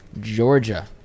Georgia